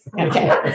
Okay